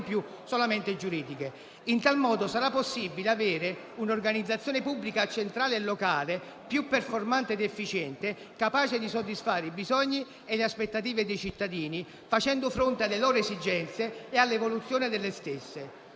In tal modo, sarà possibile avere un'organizzazione pubblica centrale e locale più performante ed efficiente capace di soddisfare i bisogni e le aspettative dei cittadini, facendo fronte alle loro esigenze e all'evoluzione delle stesse,